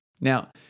Now